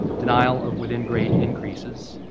denial of within grade increases,